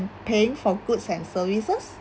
paying for goods and services